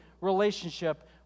relationship